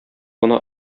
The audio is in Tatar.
гына